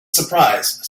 surprise